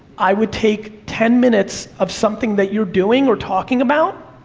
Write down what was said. i would take ten minutes of something that you're doing or talking about,